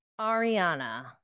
Ariana